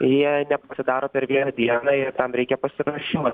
jie nepasidaro per vieną dieną ir tam reikia pasiruošimo